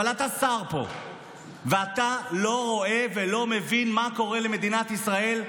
אבל אתה שר פה ואתה לא רואה ולא מבין מה קורה למדינת ישראל?